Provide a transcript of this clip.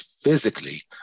physically